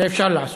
ואפשר לעשות.